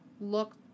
look